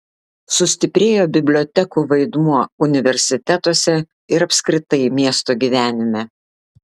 sustiprėjo bibliotekų vaidmuo universitetuose ir apskritai miesto gyvenime